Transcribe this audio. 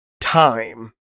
time